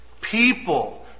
People